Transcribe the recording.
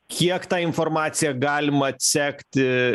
kiek tą informaciją galima atsekti